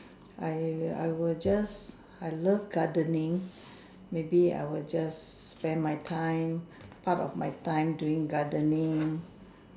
I I would just I love gardening maybe I would just spend my time part of my time doing gardening